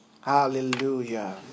Hallelujah